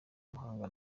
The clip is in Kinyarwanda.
muhanga